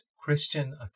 Christian